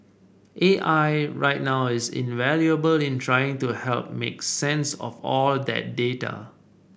A I right now is invaluable in trying to help make sense of all that data